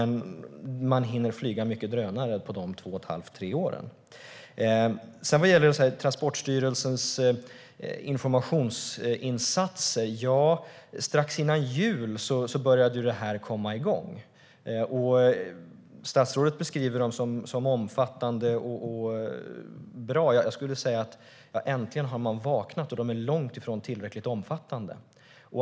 Man hinner flyga mycket drönare på de två och ett halvt till tre åren. Sedan gäller det Transportstyrelsens informationsinsatser. Ja, strax före jul började de komma igång. Statsrådet beskriver dem som omfattande och bra. Jag skulle vilja säga: Äntligen har man vaknat. De är långt ifrån tillräckligt omfattande.